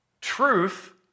truth